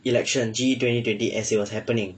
election G_E twenty twenty as it was happening